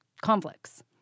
conflicts